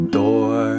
door